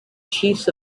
chiefs